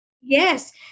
Yes